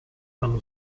dallo